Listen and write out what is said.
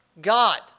God